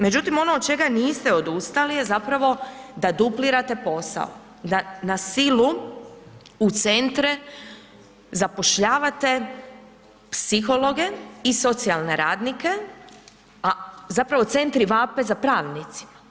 Međutim ono od čega niste odustali je zapravo da duplirate posao, da na silu u centre zapošljavate psihologe i socijalne radnike a zapravo centri vape za pravnicima.